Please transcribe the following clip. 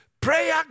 prayer